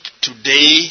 today